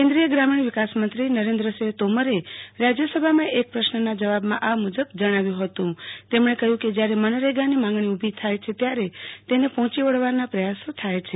કેન્દ્રીય ગ્રામીણ વિકાસમંત્રી નરેન્દ્રસિંહ તોમરે આજે રાજ્યસભામાં એક પ્રશ્રનાં જવાબમાં આ મુજબ જણાવ્યું હતું તેમણે કહ્યુંકે જ્યારે મનરેગાની માંગણી ઉલી થાય છે ત્યારે તેને પહ્યોંચી વળવાના પ્રયાસો થાય છે